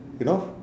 you know